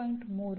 3 67